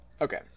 Okay